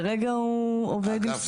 אגף זה המנהלת?